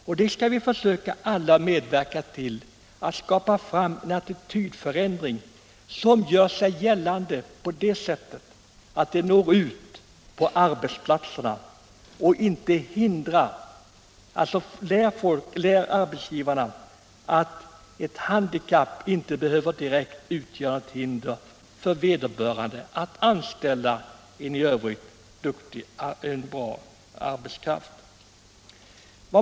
Vi skall alla försöka medverka till att skapa en sådan attitydförändring, som når ut till arbetsplatserna och lär arbetsgivarna att ett handikapp inte behöver utgöra ett direkt hinder för vederbörande att anställa en i övrigt bra arbetskraft.